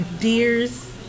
deers